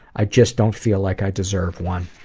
i just don't feel like i deserve one.